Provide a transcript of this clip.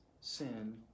sin